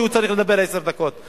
כשהוא צריך לדבר עשר דקות.